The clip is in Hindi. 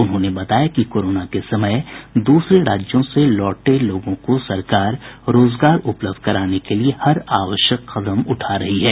उन्होंने बताया कि कोरोना के समय दूसरे राज्यों से लौटे लोगों को सरकार रोजगार उपलब्ध कराने के लिए हर आवश्यक कदम उठा रही है